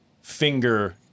finger